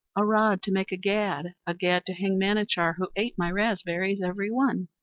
a rod to make a gad, a gad to hang manachar, who ate my raspberries every one.